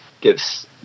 gives